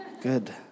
Good